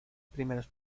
primeros